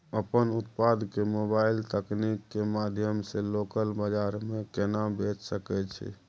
अपन उत्पाद के मोबाइल तकनीक के माध्यम से लोकल बाजार में केना बेच सकै छी?